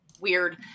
weird